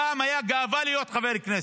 פעם הייתה גאווה להיות חבר כנסת.